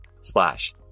slash